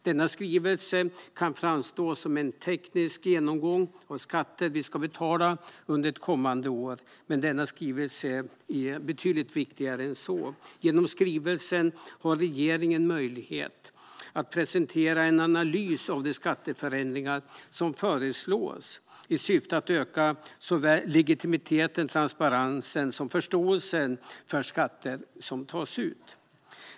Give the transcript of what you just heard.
Denna skrivelse kan framstå som en teknisk genomgång av de skatter vi ska betala under ett kommande år. Men denna skrivelse är betydligt viktigare än så. Genom skrivelsen har regeringen möjlighet att presentera en analys av de skatteförändringar som föreslås i syfte att öka såväl legitimiteten och transparensen som förståelsen för de skatter som tas ut.